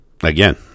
again